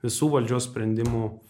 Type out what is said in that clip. visų valdžios sprendimų